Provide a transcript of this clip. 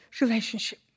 relationship